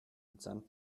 mitsamt